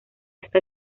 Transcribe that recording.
esta